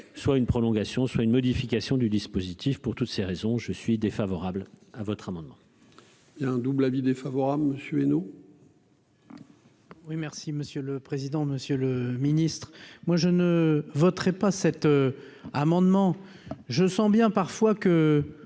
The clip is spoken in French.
soit une prolongation soit une modification du dispositif pour toutes ces raisons je suis défavorable à votre amendement. Il y a un double avis défavorable monsieur Bueno. Oui, merci Monsieur le président, Monsieur le Ministre, moi je ne voterai pas cet amendement, je sens bien parfois que